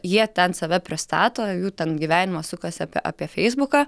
jie ten save pristato jų ten gyvenimas sukasi apie apie feisbuką